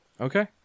Okay